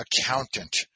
accountant